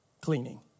cleaning